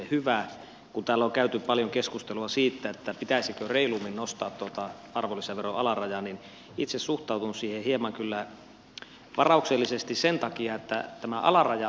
kun täällä on käyty paljon keskustelua siitä pitäisikö reilummin nostaa tuota arvonlisäveron alarajaa niin itse olen suhtautunut siihen kyllä hieman varauksellisesti sen takia että tämä alaraja luo aina semmoisen kannustinloukun